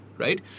Right